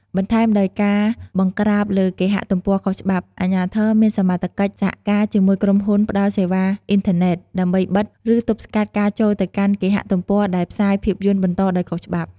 បន្ថែមដោយការបង្ក្រាបលើគេហទំព័រខុសច្បាប់ អាជ្ញាធរមានសមត្ថកិច្ចសហការជាមួយក្រុមហ៊ុនផ្តល់សេវាអ៊ីនធឺណិត ដើម្បីបិទ ឬទប់ស្កាត់ការចូលទៅកាន់គេហទំព័រដែលផ្សាយភាពយន្តបន្តដោយខុសច្បាប់។